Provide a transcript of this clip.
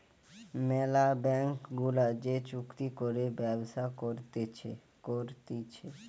ম্যালা ব্যাঙ্ক গুলা যে চুক্তি করে ব্যবসা করতিছে